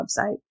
website